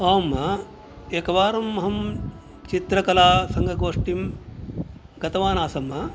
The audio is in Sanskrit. अहम् एकवारम् अहं चित्रकलासङ्गोष्ठीं गतवान् आसम्